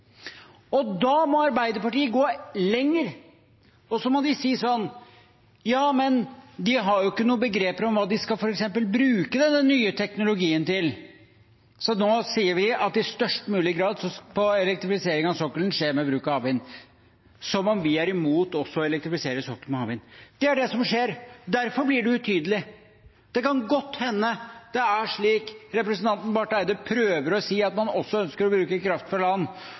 og da må Arbeiderpartiet gå lenger og si: Ja, men de har jo ikke noe begrep om hva de f.eks. skal bruke denne nye teknologien til, så nå sier vi at i størst mulig grad skal elektrifisering av sokkelen skje ved bruk av havvind – som om vi er imot å elektrifisere sokkelen med havvind. Det er det som skjer. Derfor blir det utydelig. Det kan godt hende det er slik at representanten Barth Eide prøver å si at man også ønsker å bruke kraft fra land,